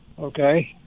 Okay